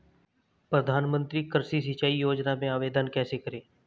प्रधानमंत्री कृषि सिंचाई योजना में आवेदन कैसे करें?